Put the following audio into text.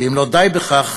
ואם לא די בכך,